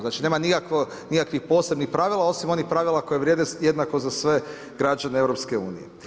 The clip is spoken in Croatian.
Znači nema nikakvih posebnih pravila osim onih pravila koji vrijede jednako za sve građane EU.